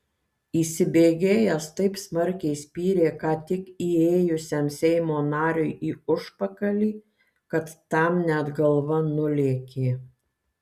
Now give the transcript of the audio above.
įsibėgėjęs taip smarkiai spyrė ką tik įėjusiam seimo nariui į užpakalį kad tam net galva nulėkė